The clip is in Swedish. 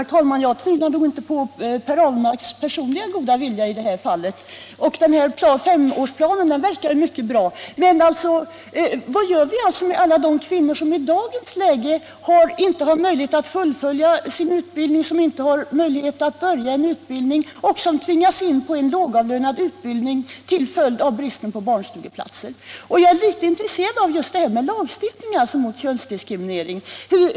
Herr talman! Jag tvivlar inte på Per Ahlmarks personliga goda vilja i det här fallet, och femårsplanen verkar mycket bra. Men vad gör vi med alla de kvinnor som i dagens läge till följd av bristen på barnstugeplatser inte har möjlighet att fullfölja sin utbildning eller att påbörja en utbildning och därför tvingas in på ett lågavlönat arbete? Jag är också intresserad av frågan om lagstiftning mot könsdiskriminering.